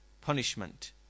punishment